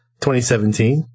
2017